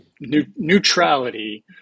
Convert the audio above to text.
neutrality